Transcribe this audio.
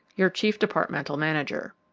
your chief departmental manager.